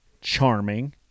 charming